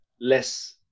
less